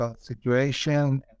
situation